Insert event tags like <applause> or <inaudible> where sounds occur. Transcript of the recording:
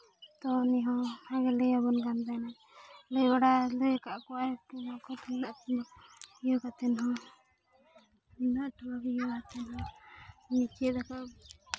ᱛᱳ ᱩᱱᱤ ᱦᱚᱸ ᱚᱱᱠᱟ ᱜᱮ ᱞᱟᱹᱭ ᱟᱵᱚᱱ ᱠᱟᱱ ᱛᱟᱦᱮᱱᱟᱭ ᱞᱟᱹᱭ ᱵᱟᱲᱟ ᱞᱟᱹᱭ ᱟᱠᱟᱫ ᱠᱚᱣᱟᱭ <unintelligible> ᱤᱭᱟᱹ ᱠᱟᱛᱮᱫ ᱦᱚᱸ ᱛᱩᱢᱫᱟᱜ ᱴᱟᱢᱟᱠ ᱤᱭᱟᱹ ᱠᱟᱛᱮᱫ ᱦᱚᱸ ᱪᱮᱫ ᱞᱮᱠᱟ